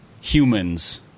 humans